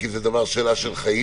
כי זו שאלה של חיים,